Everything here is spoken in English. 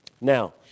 Now